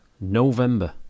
November